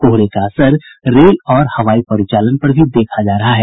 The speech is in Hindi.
कोहरे का असर रेल और हवाई परिचालन पर भी देखा जा रहा है